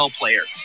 player